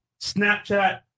Snapchat